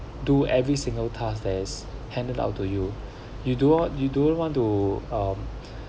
do every single task that is handed out to you you do want you do not want to um